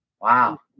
Wow